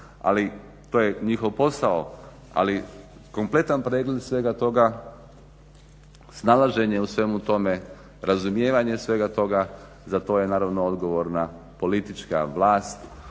ali to je njihov posao. Ali kompletan pregled svega toga, snalaženje u svemu tome, razumijevanje svega toga za to je naravno odgovorna politička vlast.